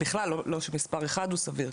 בכלל לא שמספר אחד הוא סביר,